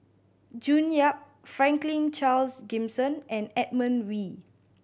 June Yap Franklin Charles Gimson and Edmund Wee